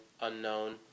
unknown